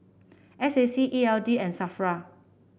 S A C E L D and Safra